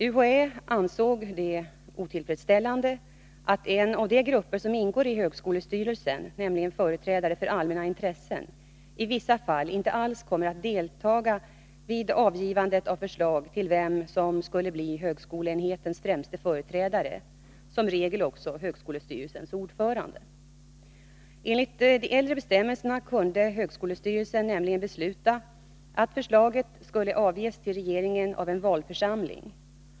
UHÄ ansåg det otillfredsställande att en av de grupper som ingår i högskolestyrelsen, nämligen företrädarna för allmänna intressen, i vissa fall inte alls kom att deltaga vid avgivandet av förslag till vem som skulle bli högskoleenhetens främsta företrädare, som regel också högskolestyrelsens ordförande. Enligt de äldre bestämmelserna kunde högskolestyrelsen nämligen besluta att förslaget skulle avges till regeringen av en valförsamling.